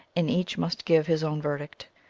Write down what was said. and each must give his own verdict.